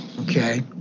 Okay